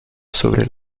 sobre